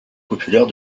populaire